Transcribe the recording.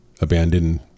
abandoned